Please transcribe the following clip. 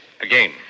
again